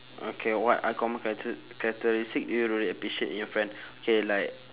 okay what uncommon character~ characteristic do you really appreciate in your friend okay like